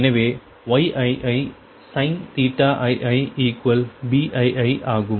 எனவே Yiisin ii Bii ஆகும்